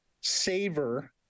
savor